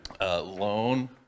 loan